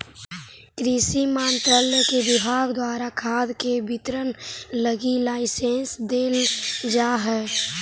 कृषि मंत्रालय के विभाग द्वारा खाद के वितरण लगी लाइसेंस देल जा हइ